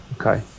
Okay